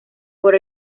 por